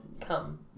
come